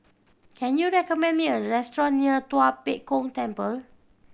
can you recommend me a restaurant near Tua Pek Kong Temple